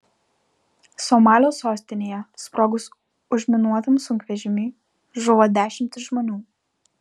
somalio sostinėje sprogus užminuotam sunkvežimiui žuvo dešimtys žmonių